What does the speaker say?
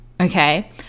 okay